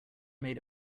made